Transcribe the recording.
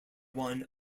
one